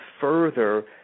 further